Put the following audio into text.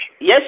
Yes